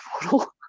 portal